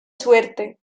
suerte